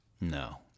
No